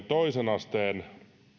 toisen asteen